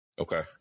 Okay